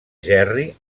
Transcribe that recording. gerri